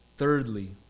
Thirdly